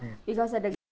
because of the